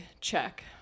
check